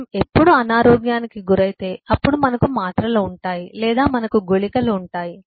మనం ఎప్పుడు అనారోగ్యానికి గురైతే అప్పుడు మనకు మాత్రలు ఉంటాయి లేదా మనకు గుళికలు ఉంటాయి